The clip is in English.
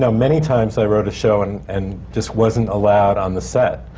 so many times i wrote a show and and just wasn't allowed on the set.